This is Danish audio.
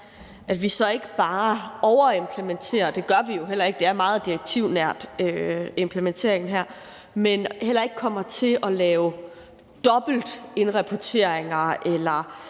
at vi så ikke bare overimplementerer. Det gør vi heller ikke, det er meget direktivnært, altså implementeringen her, men det er vigtigt, at vi heller ikke kommer til at lave dobbelt indrapportering eller